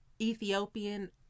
Ethiopian